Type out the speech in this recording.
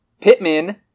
Pittman